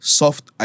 soft